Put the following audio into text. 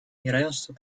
неравенство